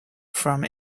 from